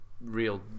real